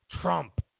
Trump